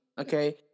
okay